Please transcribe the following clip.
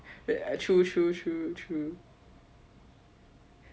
true true true true